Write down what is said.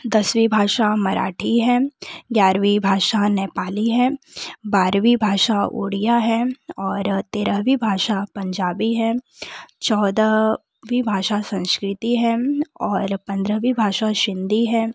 दसवीं भाषा मराठी है ग्यारहवीं भाषा नेपाली है बारहवीं भाषा ओड़िया है और तेराहवीं भाषा पंजाबी है चोदहवीं भाषा संस्कृत है और पंद्रहवीं भाषा सिंधी